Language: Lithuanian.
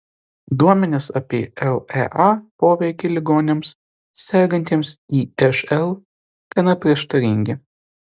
duomenys apie lea poveikį ligoniams sergantiems išl gana prieštaringi